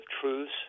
truths